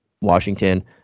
Washington